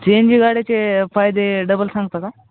C N G गाड्याचे फायदे double सांगता का